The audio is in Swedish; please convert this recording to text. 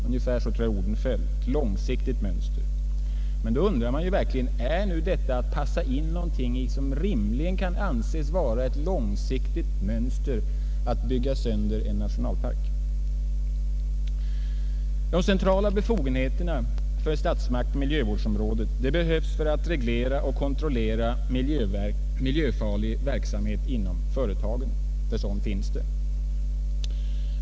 Ungefär så tror jag att orden föll. Men då undrar man verkligen: Att bygga sönder en nationalpark, är det någonting som rimligen kan anses vara ett långsiktigt mönster? De centrala befogenheterna för statsmakten på miljövårdsområdet behövs för att reglera och kontrollera miljöfarlig verksamhet inom företagen, ty sådan finns.